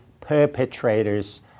perpetrators